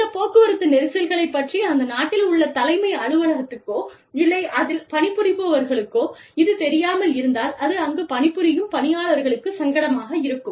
இந்த போக்குவரத்து நெரிசல்களைப் பற்றி அந்த நாட்டில் உள்ள தலைமை அலுவலகத்துக்கோ இல்லை அதில் பணி புரிபவர்களுக்கோ இது தெரியாமல் இருந்தால் அது அங்கு பணிபுரியும் பணியாளர்களுக்குச் சங்கடமாக இருக்கும்